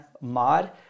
mod